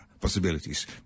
possibilities